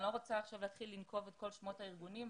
אני לא רוצה עכשיו להתחיל לנקוב כל שמות הארגונים,